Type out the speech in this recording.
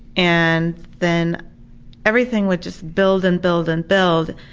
and then everything would just build and build and build,